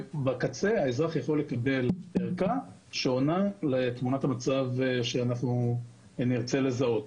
בקצה האזרח יכול לקבל ערכה שעונה לתמונת המצב שאנחנו נרצה לזהות.